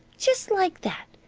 just like that.